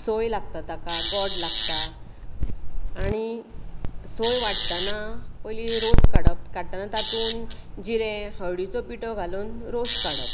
सोय लागता ताका गोड लागता आनी सोय वाडटाना पयली रोस काडप काडटाना तातूंत जिरें हळदीचो पिठो घालून रोस काडप